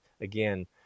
again